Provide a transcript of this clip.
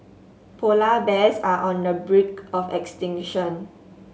polar bears are on the brink of extinction